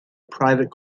private